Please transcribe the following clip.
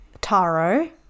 taro